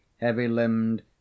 heavy-limbed